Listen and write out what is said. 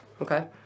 okay